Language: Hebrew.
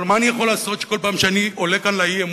אבל מה אני יכול לעשות שבכל פעם שאני עולה כאן לאי-אמון,